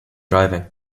driving